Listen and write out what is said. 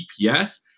EPS